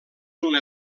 una